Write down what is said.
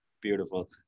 Beautiful